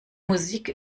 musik